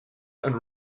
and